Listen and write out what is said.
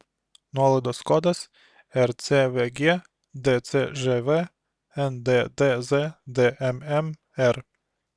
nuolaidos kodas rcvg dcžv nddz dmmr